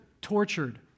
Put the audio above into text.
tortured